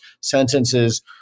sentences